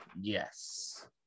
Yes